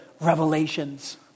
revelations